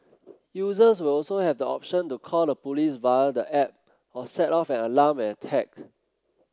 users will also have the option to call the police via the app or set off an alarm when attacked